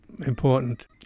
important